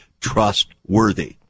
trustworthy